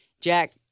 Jack